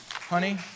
Honey